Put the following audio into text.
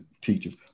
teachers